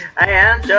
i am